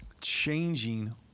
Changing